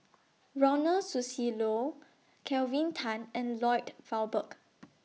Ronald Susilo Kelvin Tan and Lloyd Valberg